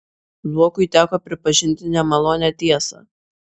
zuokui teko pripažinti nemalonią tiesą